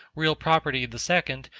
real property the second,